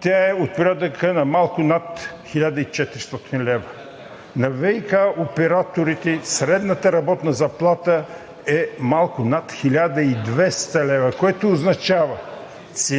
Тя е от порядъка малко над 1400 лв. На ВиК операторите средната работна заплата е малко над 1200 лв., което означава с